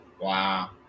Wow